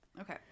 okay